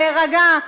להירגע,